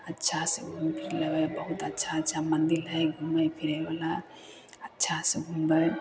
अच्छा से घूमि फिर लेबै बहुत अच्छा अच्छा मन्दिर हइ घूमय फिरय बला अच्छा सऽ घूमबै